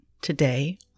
today